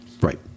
right